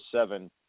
seven